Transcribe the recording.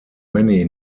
many